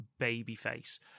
Babyface